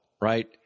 right